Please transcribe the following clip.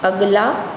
अगला